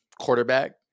quarterback